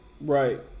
right